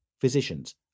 physicians